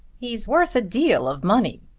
he's worth a deal of money,